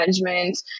management